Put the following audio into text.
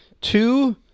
two